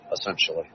essentially